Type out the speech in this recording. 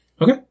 Okay